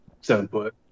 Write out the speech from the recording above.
seven-foot